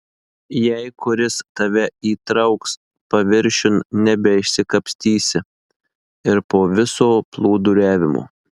jei kuris tave įtrauks paviršiun nebeišsikapstysi ir po viso plūduriavimo